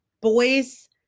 boys